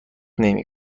نمی